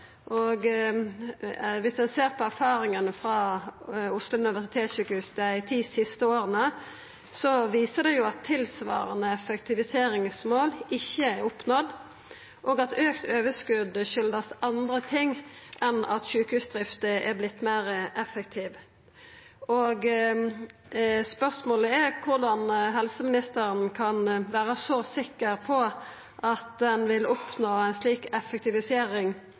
Viss ein ser på erfaringane frå Oslo universitetssykehus dei ti siste åra, viser dei at tilsvarande effektiviseringsmål ikkje er oppnådd, og at auka overskot kjem av andre ting enn at sjukehusdrifta har vorte meir effektiv. Spørsmålet er korleis helseministeren kan vera så sikker på at ein vil oppnå ei slik effektivisering